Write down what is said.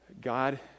God